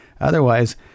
Otherwise